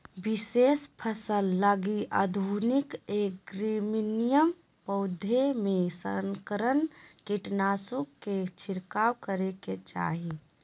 विशेष फसल लगी आधुनिक एग्रोनोमी, पौधों में संकरण, कीटनाशकों के छिरकाव करेके चाही